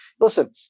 listen